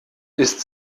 ist